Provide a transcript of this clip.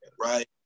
right